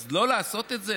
אז לא לעשות את זה?